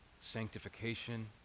sanctification